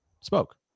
spoke